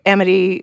Amity